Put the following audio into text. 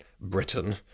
Britain